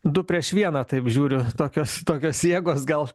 du prieš vieną taip žiūriu tokios tokios jėgos gal